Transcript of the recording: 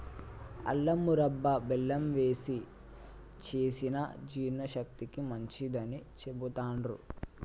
అల్లం మురబ్భ బెల్లం వేశి చేసిన జీర్ణశక్తికి మంచిదని చెబుతాండ్రు